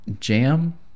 jam